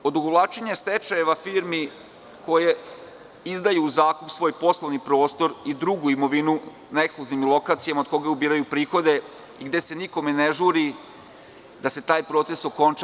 Odugovlačenje stečajeva firmi koje izdaju u zakup svoj poslovni prostor i drugu imovinu na ekskluzivnim lokacijama od koga ubiraju prihode, gde se nikome ne žuri da se taj proces okonča.